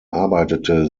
arbeitete